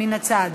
מן הצד.